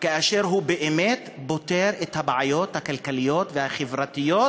כאשר הוא באמת פותר את הבעיות הכלכליות והחברתיות